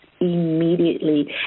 immediately